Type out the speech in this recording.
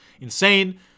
Insane